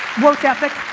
work ethic,